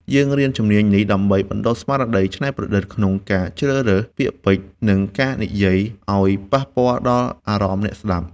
យើងរៀនជំនាញនេះដើម្បីបណ្ដុះស្មារតីច្នៃប្រឌិតក្នុងការជ្រើសរើសពាក្យពេចន៍ និងការនិយាយ ឱ្យប៉ះពាល់ដល់អារម្មណ៍អ្នកស្ដាប់។